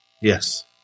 Yes